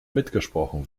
mitgesprochen